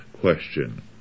question